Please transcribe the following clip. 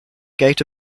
gate